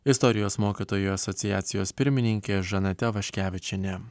istorijos mokytojų asociacijos pirmininkė žaneta vaškevičienė